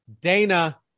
Dana